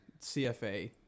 CFA